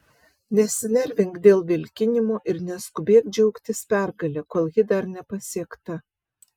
nesinervink dėl vilkinimo ir neskubėk džiaugtis pergale kol ji dar nepasiekta